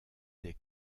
des